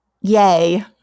Yay